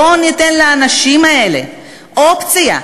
בואו ניתן לאנשים האלה אופציה,